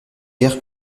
guère